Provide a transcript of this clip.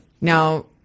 Now